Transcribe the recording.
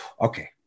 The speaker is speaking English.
okay